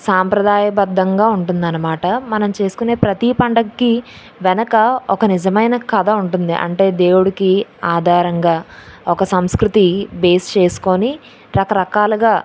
సాంప్రదాయబద్దంగా ఉంటుందన్నమాట మనం చేసుకునే ప్రతీ పండగకీ వెనకా ఒక నిజమైన కథ ఉంటుంది అంటే దేవుడికి ఆధారంగా ఒక సంస్కృతీ బేస్ చేసుకొని రకరకాలుగా